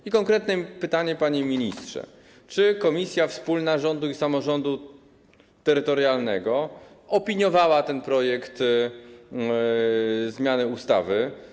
I konkretne pytanie, panie ministrze: Czy Komisja Wspólna Rządu i Samorządu Terytorialnego opiniowała ten projekt zmiany ustawy?